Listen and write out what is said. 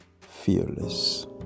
fearless